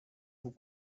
vous